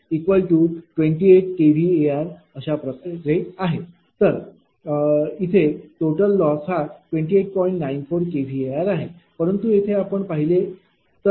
94 kVAr आहे परंतु येथे आपण पाहिले तर ते 26